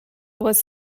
was